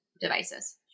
devices